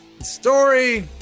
story